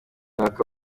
aka